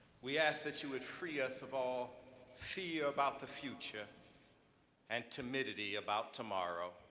we ask that you would free us of all fear about the future and timidity about tomorrow,